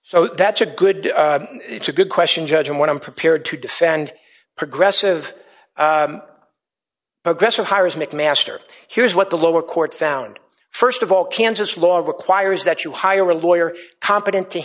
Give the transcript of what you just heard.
so that's a good it's a good question judge and one i'm prepared to defend progressive aggressive hires mcmaster here's what the lower court found st of all kansas law requires that you hire a lawyer competent to